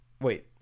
Wait